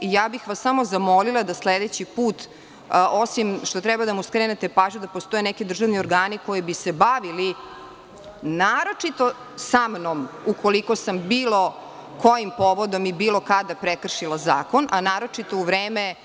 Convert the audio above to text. Samo bih vas zamolila da sledeći put, osim što treba da mu skrenete pažnju da postoje neki državni organi koji bi se bavili naročito sa mnom ukoliko sam bilo kojim povodom i bilo kada prekršila zakon, a naročito u vreme…